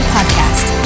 Podcast